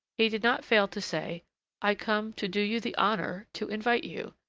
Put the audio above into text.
he did not fail to say i come to do you the honor to invite you.